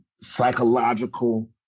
psychological